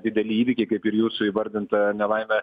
dideli įvykiai kaip ir jūsų įvardinta nelaimė